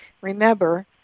remember